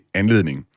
anledning